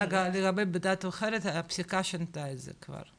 רגע, לגבי דת אחרת הפסיקה שינתה את זה כבר.